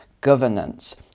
governance